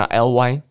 ly